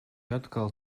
atkal